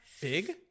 big